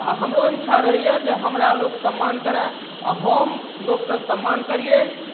आ हमरो इच्छा रहैए जे हमरा लोक सम्मान करए आ हम लोकके सम्मान करियै